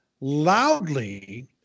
loudly